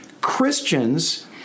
Christians